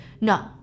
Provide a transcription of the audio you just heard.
No